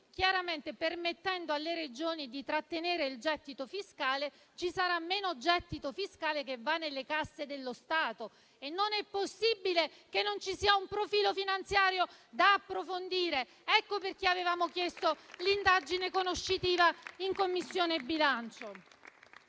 che, permettendo alle Regioni di trattenere il gettito fiscale, sarà minore il gettito fiscale che va nelle casse dello Stato, e non è possibile che non ci sia un profilo finanziario da approfondire. Per questo avevamo chiesto di svolgere un'indagine conoscitiva in Commissione bilancio.